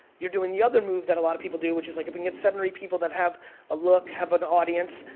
you're doing the other move that a lot of people do, which is like to bring seven or eight people that have a look, have an audience,